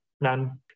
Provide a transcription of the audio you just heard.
none